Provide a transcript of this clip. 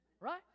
Right